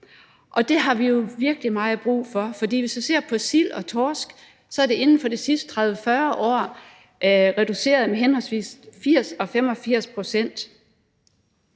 Det har vi jo virkelig meget brug for, for hvis man ser på sild og torsk, er de inden for de sidste 30-40 år reduceret med henholdsvis 80 og 85 pct.,